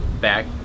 back